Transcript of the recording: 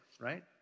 right